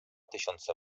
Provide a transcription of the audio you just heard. tysiące